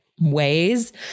ways